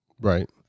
Right